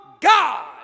God